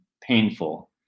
painful